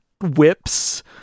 whips